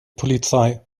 polizei